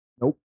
nope